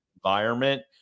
environment